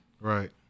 Right